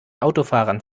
autofahrern